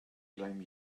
blame